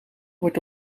wordt